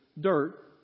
dirt